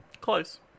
Close